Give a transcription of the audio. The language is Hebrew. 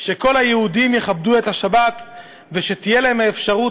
שכל היהודים יכבדו את השבת ושתהיה להם האפשרות